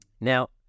Now